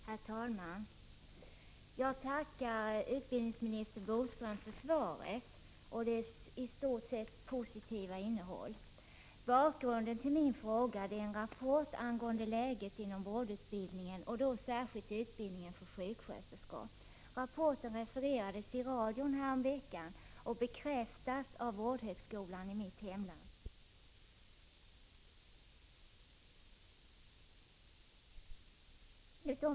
Herr talman! Jag tackar utbildningsminister Bodström för svaret och dess i stort sett positiva innehåll. Bakgrunden till min fråga är en rapport angående läget inom vårdutbildningen, och då särskilt utbildningen för sjuksköterskor. Innehållet i rapporten, som refererades i radion häromveckan, bekräftas av vårdhögskolan i mitt hemlandsting. Intresset för utbildningen har minskat markant det senaste året.